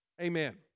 Amen